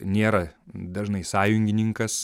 nėra dažnai sąjungininkas